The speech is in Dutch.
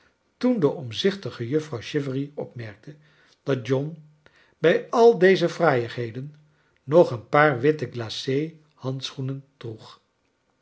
toen de omzichtige juffrouw chivery opmerkte dat john bij al deze fraaiigheden nog eenpaar witte glace handschoenen